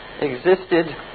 existed